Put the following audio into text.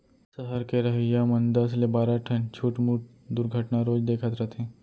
सहर के रहइया मन दस ले बारा ठन छुटमुट दुरघटना रोज देखत रथें